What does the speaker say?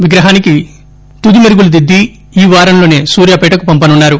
విగ్రహానికి తుది మెరుగులు దిద్ది ఈ వారంలోసే సూర్యాపేటకు పంపనున్నారు